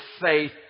faith